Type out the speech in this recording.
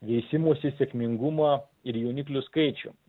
veisimosi sėkmingumo ir jauniklių skaičių